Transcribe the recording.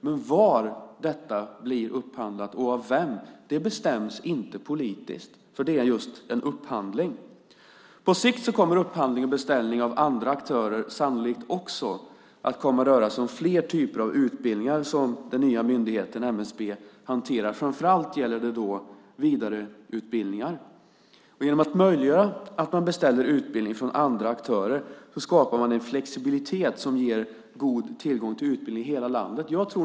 Men var detta blir upphandlat och av vem bestäms inte politiskt. Det är just en upphandling. På sikt kommer upphandling och beställning av andra aktörer. Det kommer sannolikt också att röra sig om fler typer av utbildningar som den nya myndigheten MSB hanterar. Det gäller framför allt vidareutbildningar. Genom att möjliggöra att man beställer utbildning från andra aktörer skapar man en flexibilitet som ger god tillgång till utbildning i hela landet.